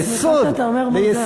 אני שמחה שאתה אומר מוזיאון.